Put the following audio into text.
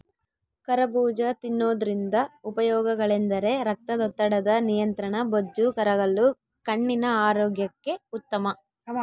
ಕರಬೂಜ ತಿನ್ನೋದ್ರಿಂದ ಉಪಯೋಗಗಳೆಂದರೆ ರಕ್ತದೊತ್ತಡದ ನಿಯಂತ್ರಣ, ಬೊಜ್ಜು ಕರಗಲು, ಕಣ್ಣಿನ ಆರೋಗ್ಯಕ್ಕೆ ಉತ್ತಮ